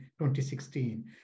2016